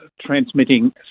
transmitting